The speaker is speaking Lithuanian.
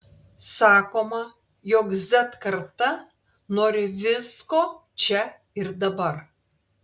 sakoma jog z karta nori visko čia ir dabar